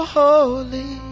holy